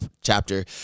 chapter